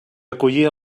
acollia